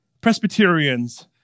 Presbyterians